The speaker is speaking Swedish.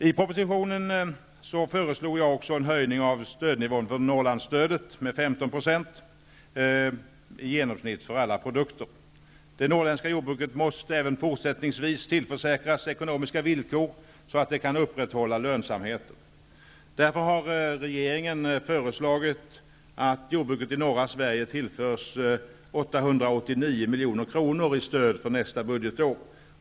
I propositionen föreslog jag också en höjning av stödnivån för Norrlandsstödet med i genomsnitt 15 % för alla produkter. Det norrländska jordbruket måste även fortsättningsvis tillförsäkras ekonomiska villkor så att det kan upprätthålla lönsamheten. Därför har regeringen föreslagit att jordbruket i norra Sverige tillförs 889 milj.kr. i stöd för nästa budgetår.